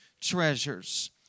treasures